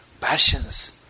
passions